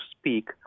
speak